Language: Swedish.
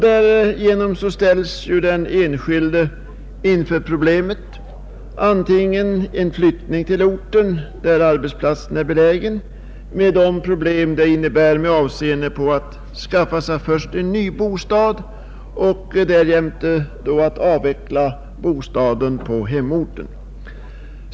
Därmed ställs den enskilde inför problemet att flytta till den ort där arbetsplatsen är belägen, med allt vad detta innebär när det gäller att skaffa sig en ny bostad och att avveckla bostaden på hemorten.